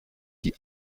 die